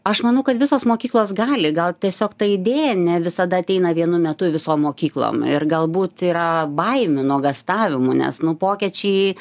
aš manau kad visos mokyklos gali gal tiesiog ta idėja ne visada ateina vienu metu visom mokyklom ir galbūt yra baimių nuogąstavimų nes nu pokyčiai